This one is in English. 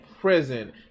prison